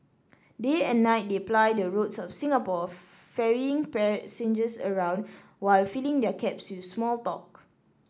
day and night they ply the roads of Singapore ferrying passengers around while filling their cabs with small talk